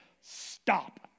stop